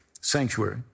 sanctuary